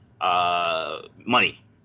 Money